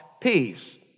peace